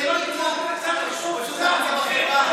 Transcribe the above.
פשוט בושה וחרפה.